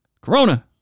Corona